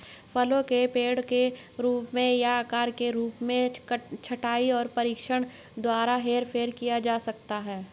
फलों के पेड़ों के रूप या आकार में छंटाई और प्रशिक्षण द्वारा हेरफेर किया जा सकता है